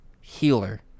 healer